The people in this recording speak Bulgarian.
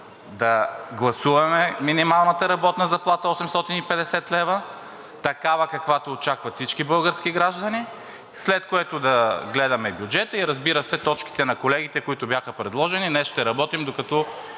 да гласуваме минималната работна заплата 850 лв., такава, каквато очакват всички български граждани, след което да гледаме бюджета, разбира се, и точките на колегите, които бяха предложени. Днес предлагам да работим, докато